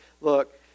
look